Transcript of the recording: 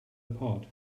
apart